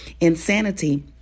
insanity